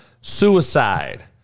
Suicide